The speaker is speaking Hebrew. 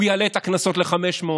הוא יעלה את הקנסות ל-500,